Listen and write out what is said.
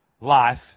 life